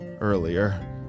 earlier